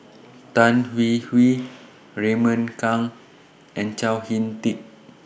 Tan Hwee Hwee Raymond Kang and Chao Hick Tin